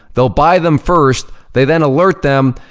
they'll buy them first, they then alert them,